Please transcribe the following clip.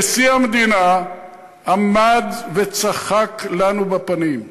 נשיא המדינה עמד וצחק לנו בפנים.